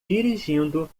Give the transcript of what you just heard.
dirigindo